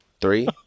three